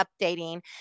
updating